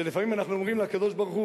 שלפעמים אנחנו אומרים לקדוש-ברוך-הוא,